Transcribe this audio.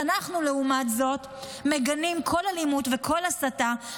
אנחנו, לעומת זאת, מגנים כל אלימות וכל הסתה.